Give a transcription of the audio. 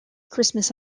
christmas